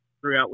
throughout